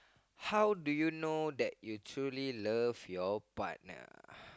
how do you know that you truly love your partner